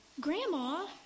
Grandma